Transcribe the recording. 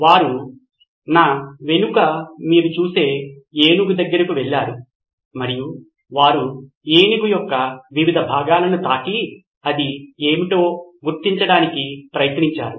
వారు నా వెనుక మీరు చూసే ఏనుగు దగ్గరికి వెళ్ళారు మరియు వారు ఏనుగు యొక్క వివిధ భాగాలను తాకి అది ఏమిటో గుర్తించడానికి ప్రయత్నించారు